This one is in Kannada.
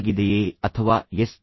ಆಗಿದೆಯೇ ಅಥವಾ ಎಸ್